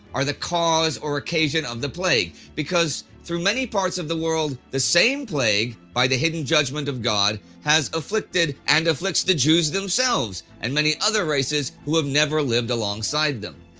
are the cause or occasion of the plague, because through many parts of the world the same plague, by the hidden judgment of god, has afflicted and afflicts the jews themselves and many other races who have never lived alongside them.